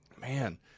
man